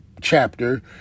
chapter